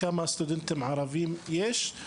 כמה סטודנטים ערבים יש?